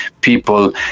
people